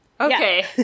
Okay